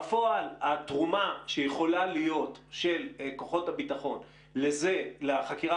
בפועל התרומה שיכולה להיות של כוחות הביטחון לחקירה